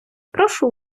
прошу